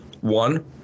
One